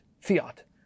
fiat